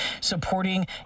supporting